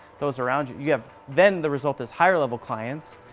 those around you, yeah then the result is higher level clients,